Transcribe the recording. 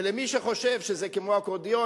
ולמי שחושב שזה כמו אקורדיון,